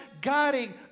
guiding